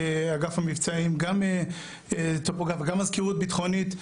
אגף המבצעים, גם טופוגרף וגם מזכירות ביטחונית.